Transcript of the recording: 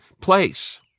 place